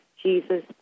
Jesus